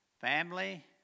family